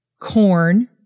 corn